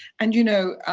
and you know,